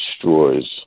destroys